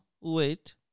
Wait